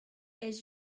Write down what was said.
his